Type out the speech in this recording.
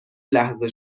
لحظه